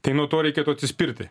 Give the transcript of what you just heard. tai nuo to reikėtų atsispirti